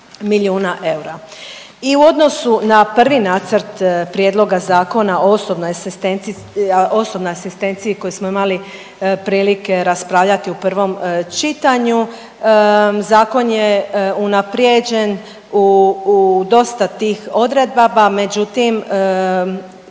I u odnosu na prvi nacrt Prijedloga Zakona o osobnoj asistenciji, osobnoj asistenciji koji smo imali prilike raspravljati u prvom čitanju, zakon je unaprijeđen u dosta tih odredaba, međutim